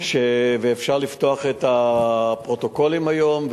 ואפשר לפתוח את הפרוטוקולים היום,